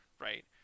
right